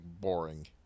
boring